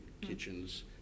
kitchens